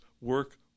work